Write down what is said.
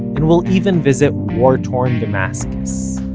and we'll even visit war-torn damascus.